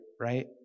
right